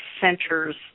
centers